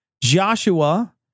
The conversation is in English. Joshua